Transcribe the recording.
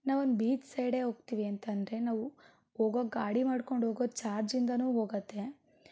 ನಾವೊಂದು ಬೀಚ್ ಸೈಡೇ ಹೋಗ್ತೀವಿ ಅಂತಂದರೆ ನಾವು ಹೋಗೋವಾಗ ಗಾಡಿ ಮಾಡಿಕೊಂಡು ಹೋಗೋದು ಚಾರ್ಜಿಂದಲೂ ಹೋಗತ್ತೆ